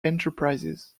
enterprises